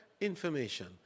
information